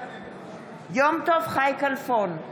בעד יום טוב חי כלפון,